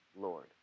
Lord